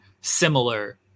similar